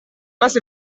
más